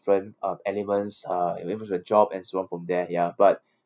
um elements uh and a job and so on from there ya but